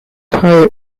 higher